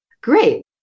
great